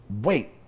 Wait